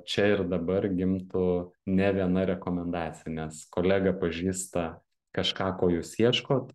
čia ir dabar gimtų ne viena rekomendacija nes kolega pažįsta kažką ko jūs ieškot